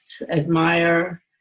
admire